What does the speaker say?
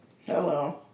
Hello